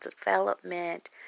development